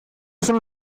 son